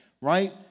right